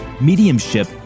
mediumship